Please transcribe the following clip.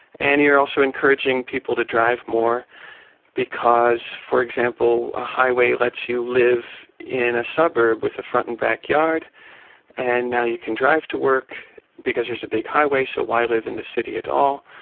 and you're also encouraging people drive drive more because for example, a highway lets you live in a suburb with a front and back yard and now you can drive to work because there's a big highway, so why live in the city at all?